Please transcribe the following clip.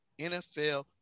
NFL